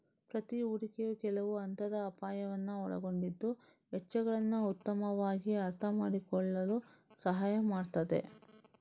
ಪ್ರತಿ ಹೂಡಿಕೆಯು ಕೆಲವು ಹಂತದ ಅಪಾಯವನ್ನ ಒಳಗೊಂಡಿದ್ದು ವೆಚ್ಚಗಳನ್ನ ಉತ್ತಮವಾಗಿ ಅರ್ಥಮಾಡಿಕೊಳ್ಳಲು ಸಹಾಯ ಮಾಡ್ತದೆ